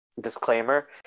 Disclaimer